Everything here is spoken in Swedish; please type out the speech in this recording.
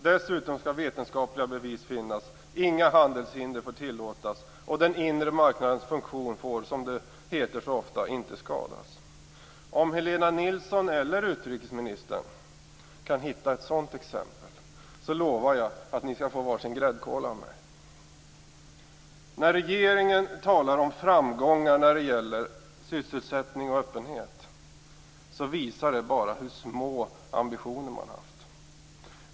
Dessutom skall vetenskapliga bevis finnas, inga handelshinder får tillåtas och den inre marknadens funktion får, som det så ofta heter, inte skadas. Om Helena Nilsson eller utrikesministern kan hitta ett sådant exempel lovar jag att ni skall få varsin gräddkola av mig. När regeringen talar om framgångar när det gäller sysselsättning och öppenhet visar det bara hur små ambitioner man har haft.